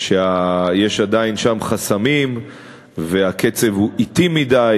שיש שם עדיין חסמים והקצב הוא אטי מדי